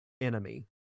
enemy